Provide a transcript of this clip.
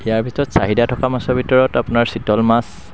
ইয়াৰ ভিতৰত চাহিদা থকা ভিতৰত আপোনাৰ চিতল মাছ